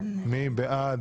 מי בעד?